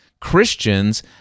Christians